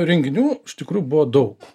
renginių iš tikrųjų buvo daug